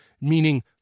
Meaning